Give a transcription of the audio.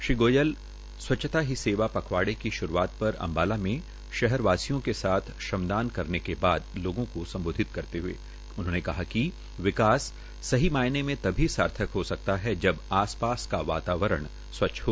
श्री गोयल स्वच्छता ही सेवा पखवाड़े की शुरूआत पर अम्बाला में शहरवासियों के साथ श्रमदान करते हुए उन्होंने कहा कि विकास सही मायने में तभी सार्थक हो सकता है जब आस पास का वातावरण स्वच्छ हो